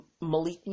Malik